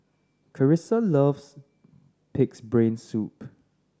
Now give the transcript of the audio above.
Karissa loves Pig's Brain Soup